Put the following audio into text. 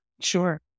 Sure